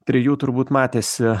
trijų turbūt matėsi